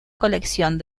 colección